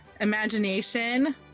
Imagination